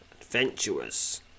adventurous